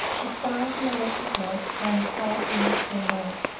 the stars and electric lights shine quietly in the still night.